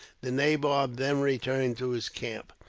the nabob then returned to his camp.